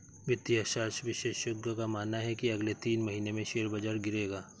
वित्तीय अर्थशास्त्र विशेषज्ञों का मानना है की अगले तीन महीने में शेयर बाजार गिरेगा